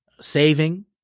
saving